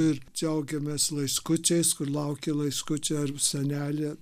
ir džiaugėmės laiškučiais kur lauki laiškučio ar senelį